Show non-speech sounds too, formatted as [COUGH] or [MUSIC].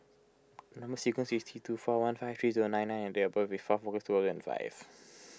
Number Sequence is T two four one five three zero nine I and date of birth is fourth August two thousand and five [NOISE]